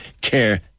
care